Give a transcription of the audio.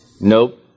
Nope